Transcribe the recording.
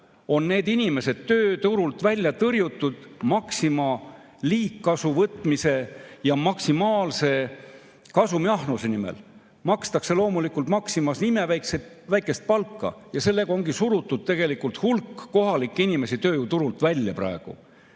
on need inimesed tööturult välja tõrjutud Maxima liigkasuvõtmise ja maksimaalse kasumiahnuse nimel. Loomulikult makstakse Maximas imeväikest palka ja sellega ongi surutud tegelikult hulk kohalikke inimesi tööjõuturult välja praegu.